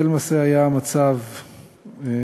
זה למעשה היה המצב בעבר,